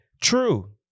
True